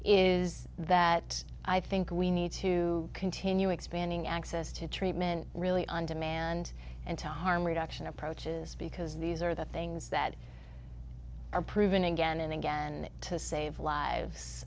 is that i think we need to continue expanding access to treatment really undermanned and to harm reduction approaches because these are the things that or proven again and again to save lives